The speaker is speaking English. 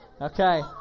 Okay